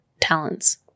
talents